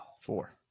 Four